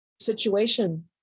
situation